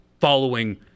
following